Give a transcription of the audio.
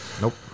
Nope